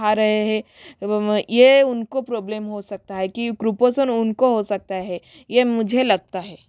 खा रहे हैं यह उनको प्रॉब्लम हो सकता है की कुपोषण उनको हो सकता है यह मुझे लगता है